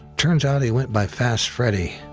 turns out he went by fast freddie,